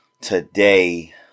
today